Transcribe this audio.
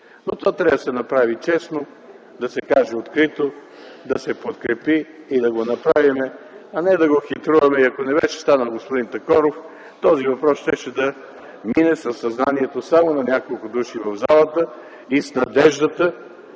Но това трябва да се направи честно, да се каже открито, да се подкрепи и да го направим, а не да хитруваме. Ако не беше станал господин Такоров, този въпрос щеше да мине само със знанието на няколко души в залата и може би с надеждата,